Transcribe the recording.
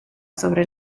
sobre